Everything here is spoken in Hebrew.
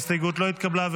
ההסתייגות לא התקבלה.